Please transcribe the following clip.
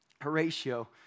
Horatio